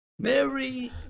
mary